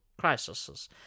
crisis